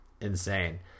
insane